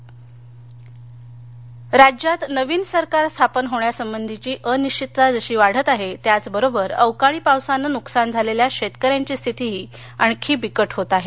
राज्यपाल विनंती राज्यात नवीन सरकार स्थापन होण्यासंबंधीची अनिश्वितता जशी वाढत आहे त्याबरोबर अवकाळी पावसाने नुकसान झालेल्या शेतकऱ्यांची स्थिती आणखी बिकट होत आहे